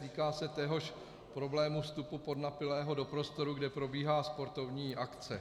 Týká se téhož problému, vstupu podnapilého do prostoru, kde probíhá sportovní akce.